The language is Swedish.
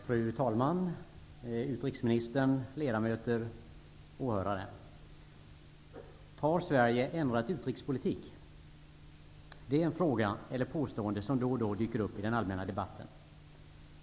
Fru talman! Utrikesministern, ledamöter och åhörare! Har Sverige ändrat utrikespolitik? Det är en fråga eller ett påstående som då och då dyker upp i den allmänna debatten.